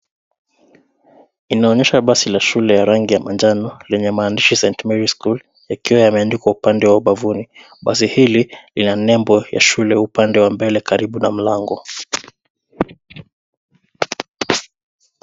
Inaonyesha basi la shule ya rangi ya manjano, lenye maandishi St. Mary's School , yakiwa yameandikwa upande wa ubavuni, basi hili, lina nembo ya shule upande wa mbele karibu na mlango.